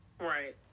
Right